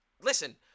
listen